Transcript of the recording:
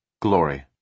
Glory